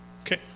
Okay